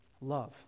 love